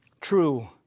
True